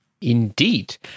Indeed